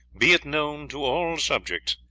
be it known to all subjects,